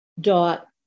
Dot